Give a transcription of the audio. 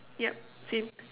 yup same